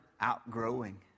outgrowing